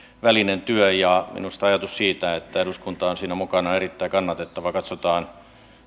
työ minusta ajatus siitä että eduskunta on siinä mukana on erittäin kannatettava katsotaan